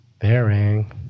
bearing